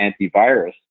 antivirus